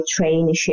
traineeship